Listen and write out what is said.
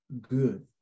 good